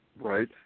Right